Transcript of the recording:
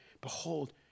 Behold